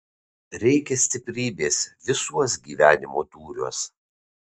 reikia stiprybės visuos gyvenimo dūriuos